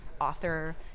author